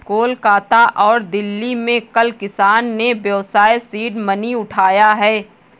कोलकाता और दिल्ली में कल किसान ने व्यवसाय सीड मनी उठाया है